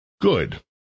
Good